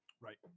Right